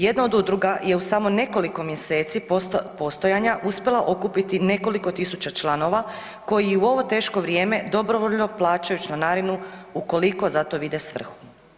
Jedna od udruga je u samo nekoliko mjeseci postojanja uspjela okupiti nekoliko tisuća članova koji u ovo teško vrijeme dobrovoljno plaćaju članarinu ukoliko za to vide svrhu.